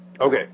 Okay